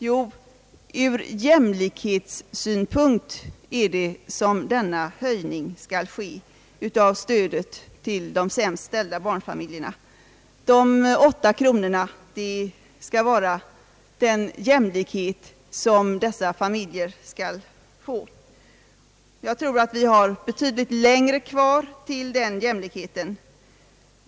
Jo, det är ur jämlikhetssynpunkt som denna höjning av stödet till de sämst ställda barnfamiljerna skall göras. De 8 kronorna skall åstadkomma den jämlikhet som dessa familjer skall få. Jag tror att vi har betydligt längre kvar till den jämlikheten.